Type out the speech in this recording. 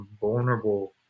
vulnerable